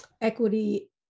equity